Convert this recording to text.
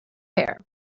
hair